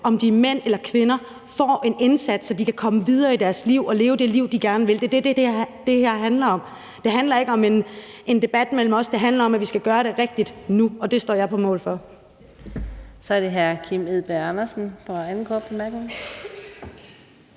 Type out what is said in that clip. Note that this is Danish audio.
om det er mænd eller kvinder, ydes en indsats, så de kan komme videre i deres liv og leve det liv, de gerne vil. Det er det, det her handler om. Det handler ikke om en debat mellem os, men det handler om, at vi skal gøre det rigtigt nu, og det står jeg på mål for. Kl. 18:40 Fjerde næstformand (Karina